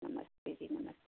नमस्ते जी नमस्ते